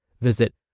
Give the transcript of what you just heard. Visit